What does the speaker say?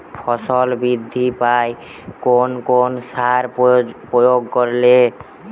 ফসল বৃদ্ধি পায় কোন কোন সার প্রয়োগ করলে?